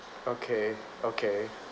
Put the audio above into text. okay okay